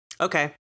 Okay